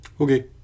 Okay